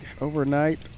overnight